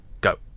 go